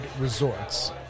resorts